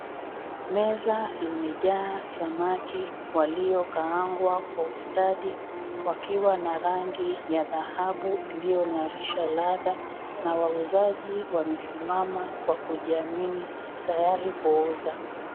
Meza imejaa samaki waliokaangawa kwa ustadi wakiwa na rangi ya dhahabu iliyong'arisha ladha na wauzaji wamesimama kwa kujiamini tayari kuuza.